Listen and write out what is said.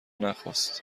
نخواست